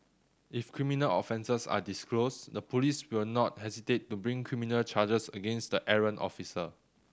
if criminal offences are disclosed the police will not hesitate to bring criminal charges against the errant officer